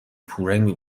پورنگ